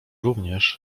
również